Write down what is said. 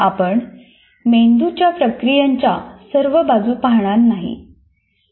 आपण मेंदूच्या प्रक्रियांच्या सर्व बाजू येथे पाहणार नाही